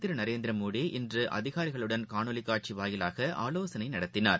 திருநரேந்திரமோடி இன்றுஅதிகாரிகளுடன் காணொலிகாட்சிவாயிலாக ஆலோசனைநடத்தினார்